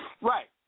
Right